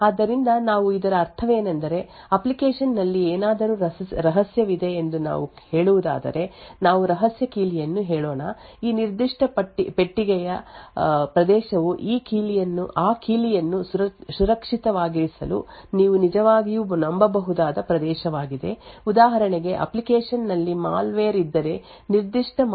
ಆದ್ದರಿಂದ ನಾವು ಇದರ ಅರ್ಥವೇನೆಂದರೆ ಅಪ್ಲಿಕೇಶನ್ ನಲ್ಲಿ ಏನಾದರೂ ರಹಸ್ಯವಿದೆ ಎಂದು ನಾವು ಹೇಳುವುದಾದರೆ ನಾವು ರಹಸ್ಯ ಕೀಲಿಯನ್ನು ಹೇಳೋಣ ಈ ನಿರ್ದಿಷ್ಟ ಪೆಟ್ಟಿಗೆಯ ಪ್ರದೇಶವು ಆ ಕೀಲಿಯನ್ನು ಸುರಕ್ಷಿತವಾಗಿರಿಸಲು ನೀವು ನಿಜವಾಗಿಯೂ ನಂಬಬಹುದಾದ ಪ್ರದೇಶವಾಗಿದೆ ಉದಾಹರಣೆಗೆ ಅಪ್ಲಿಕೇಶನ್ ನಲ್ಲಿ ಮಾಲ್ವೇರ್ ಇದ್ದರೆ ನಿರ್ದಿಷ್ಟ ಮಾಲ್ವೇರ್ ಆ ರಹಸ್ಯ ಕೀಲಿಯನ್ನು ಕದಿಯಬಹುದು